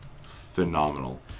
phenomenal